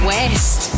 West